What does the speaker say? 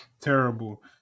Terrible